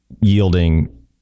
yielding